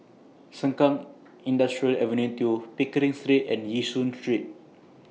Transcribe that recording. Sengkang Industrial Avenue two Pickering Street and Yishun Street